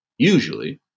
Usually